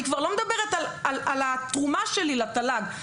אני כבר לא מדברת על התרומה שלי לתל"ג.